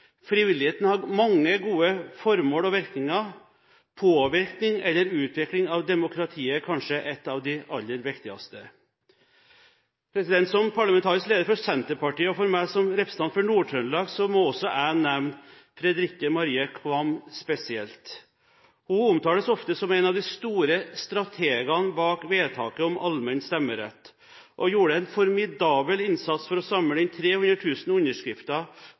Frivilligheten har mange gode formål og virkninger. Påvirkning eller utvikling av demokratiet er kanskje av de aller viktigste. Som parlamentarisk leder for Senterpartiet, og for meg som representant for Nord-Trøndelag, må også jeg nevne Fredrikke Marie Qvam spesielt. Hun omtales ofte som en av de store strategene bak vedtaket om allmenn stemmerett og gjorde en formidabel innsats for å samle inn 300 000 underskrifter